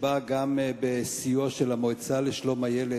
שבאה גם בסיוע של המועצה לשלום הילד,